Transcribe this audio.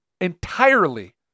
entirely